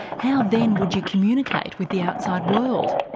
how then would you communicate with the outside world?